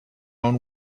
own